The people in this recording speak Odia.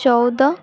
ଚଉଦ